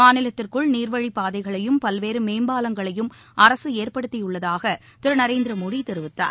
மாநிலத்திற்குள் நீர்வழிப்பாதைகளையும் பல்வேறு மேம்பாலங்களையும் அரசு ஏற்படுத்தியுள்ளதாக திரு நரேந்திர மோதி தெரிவித்தார்